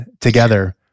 together